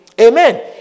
Amen